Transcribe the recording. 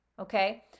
okay